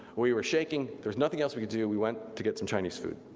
we were shaking, there was nothing else we could do, we went to get some chinese food.